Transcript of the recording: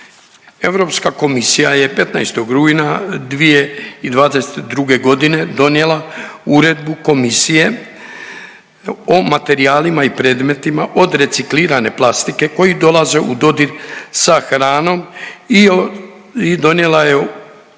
Europska komisija je 15. rujna 2022. godine donijela uredbu komisije o materijalima i predmetima od reciklirane plastike koji dolaze u dodir sa hranom i donijela je odluku